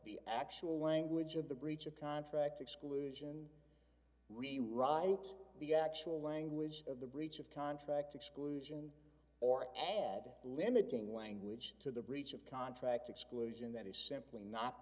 the actual language of the breach of contract exclusion we write the actual language of the breach of contract exclusion or ed limiting language to the breach of contract exclusion that is simply not